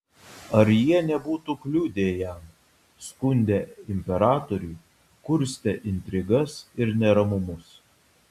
ar jie nebūtų kliudę jam skundę imperatoriui kurstę intrigas ir neramumus